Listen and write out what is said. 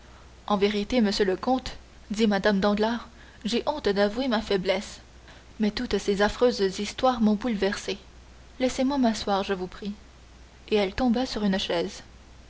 en vérité monsieur le comte dit mme danglars j'ai honte d'avouer ma faiblesse mais toutes ces affreuses histoires m'ont bouleversée laissez-moi m'asseoir je vous prie et elle tomba sur une chaise